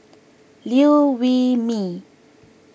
Liew Wee Mee